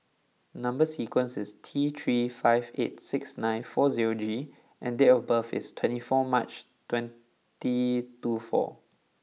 number sequence is T three five eight six nine four zero G and date of birth is twenty four March twenty two four